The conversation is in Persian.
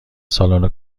سالن